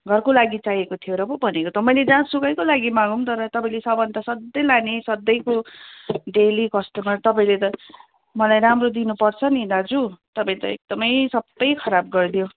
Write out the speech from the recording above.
घरको लागि चाहिएको थियो र पो भनेको त मैले जहाँ सुकैको लागि मागौँ तर तपाईँले सामान त सधैँ लाने सधैँको डेली कस्टमर तपाईँले त मलाई राम्रो दिनुपर्छ नि दाजु तपाईँ त एकदमै सबै खराब गरिदियो